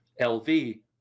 LV